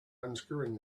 unscrewing